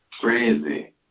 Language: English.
Crazy